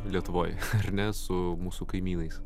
lietuvoj ar ne su mūsų kaimynais